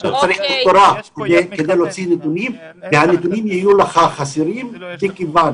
אתה צריך דוקטורט כדי להוציא נתונים והנתונים יהיו חסרים מכיוון